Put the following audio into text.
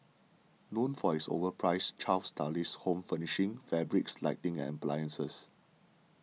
known for its overpriced chic stylish home furnishings fabrics lighting and appliances